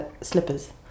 slippers